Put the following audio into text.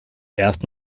erst